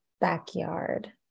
backyard